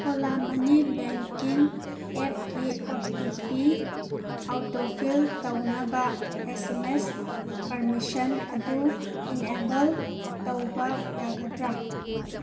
ꯑꯣꯂꯥ ꯃꯅꯤ ꯕꯦꯡꯀꯤꯡ ꯑꯦꯞꯀꯤ ꯑꯣ ꯇꯤ ꯄꯤ ꯑꯧꯇꯣꯐꯤꯜ ꯇꯧꯅꯕ ꯑꯦꯁ ꯑꯦꯝ ꯑꯦꯁ ꯄꯥꯔꯃꯤꯁꯟ ꯑꯗꯨ ꯏꯅꯦꯕꯜ ꯇꯧꯕ ꯌꯥꯒꯗ꯭ꯔꯥ